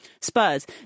Spurs